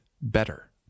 better